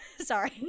sorry